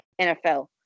NFL